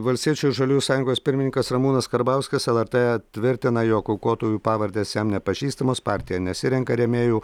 valstiečių ir žaliųjų sąjungos pirmininkas ramūnas karbauskis lrt tvirtina jog aukotojų pavardės jam nepažįstamos partija nesirenka rėmėjų